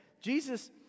Jesus